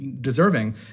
deserving